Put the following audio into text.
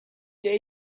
dare